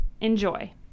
Enjoy